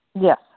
Yes